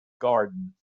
garden